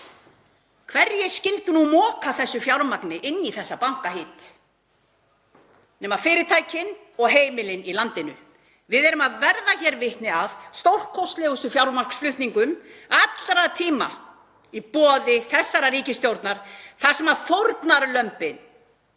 Hverjir skyldu nú moka þessu fjármagni inn í þessa bankahít nema fyrirtækin og heimilin í landinu. Við erum hér að verða vitni að stórkostlegustu fjármagnsflutningum allra tíma í boði þessarar ríkisstjórnar. Fórnarlömbin